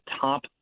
top